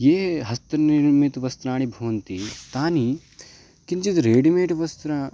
ये हस्तनिर्मितवस्त्राणि भवन्ति तानि किञ्चिद् रेडिमेड् वस्त्राणेभ्यः